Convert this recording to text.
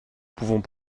pouvons